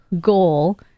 goal